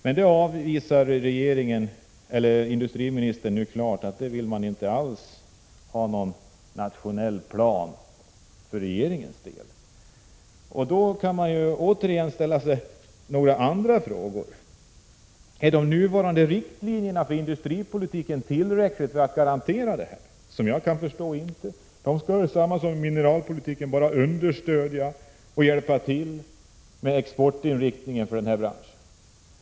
Men det avvisar industriministern klart, man vill för regeringens del inte alls ha någon nationell plan. Då kan det ställas några andra frågor: Är de nuvarande riktlinjerna för industripolitiken tillräckliga för att utgöra en garanti här? Såvitt jag kan förstå är de inte det. De skulle på samma sätt som mineralpolitiken bara understödja och hjälpa till med exportinriktningen i den här branschen.